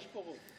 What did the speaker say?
יש פה רוב.